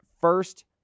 first